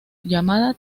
llamada